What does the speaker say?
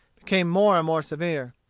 became more and more severe.